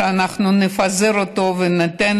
כדי שאנחנו נפיץ אותו וניתן